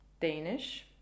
Danish